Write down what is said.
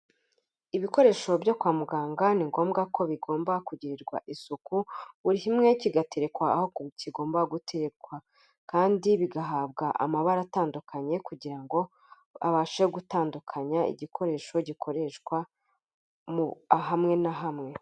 Ibikoresho byo kwa muganga ni ngombwa ko bigomba kugirirwa isuku buri kigaterekwa aho kigomba gutekwa, kandi bigahabwa amabara atandukanye kugira ngo abashe gutandukanya igikoresho gikoreshwa hamwe na hamwe.